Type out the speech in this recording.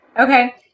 Okay